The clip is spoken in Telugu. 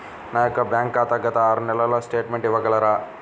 నా యొక్క బ్యాంక్ ఖాతా గత ఆరు నెలల స్టేట్మెంట్ ఇవ్వగలరా?